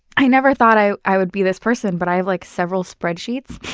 i never thought i i would be this person, but i have like several spreadsheets.